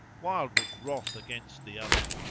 wild with wrath against the other.